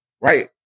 right